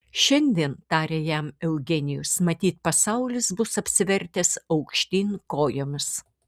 šiandien tarė jam eugenijus matyt pasaulis bus apsivertęs aukštyn kojomis